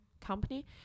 company